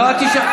לא, אל תשאל.